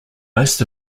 most